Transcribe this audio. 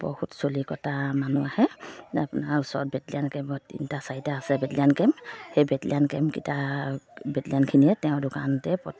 বহুত চুলি কটা মানুহ আহে আপোনাৰ ওচৰত বেটলিয়ান কেম্পৰ তিনিটা চাৰিটা আছে বেটলিয়ান কেম্প সেই বেটলীয়ান কেম্পকেইটা বেটলীয়ানখিনিয়ে তেওঁৰ দোকানতে